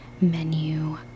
menu